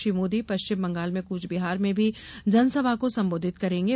श्री मोदी पश्चिम बंगाल में कूच बिहार में भी जनसभा को सम्बोधित करेंगे